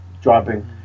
dropping